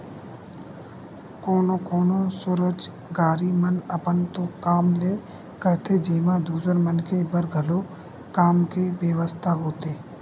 कोनो कोनो स्वरोजगारी मन अपन तो काम ल करथे जेमा दूसर मनखे बर घलो काम के बेवस्था होथे